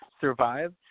survive